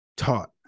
taught